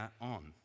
on